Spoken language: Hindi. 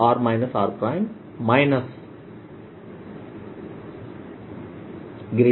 r r